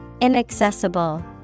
Inaccessible